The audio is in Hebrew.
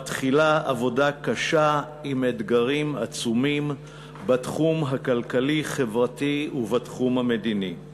מתחילה עבודה קשה עם אתגרים עצומים בתחום הכלכלי-חברתי ובתחום המדיני.